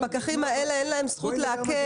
לפקחים האלה אין זכות לעכב.